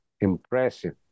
impressive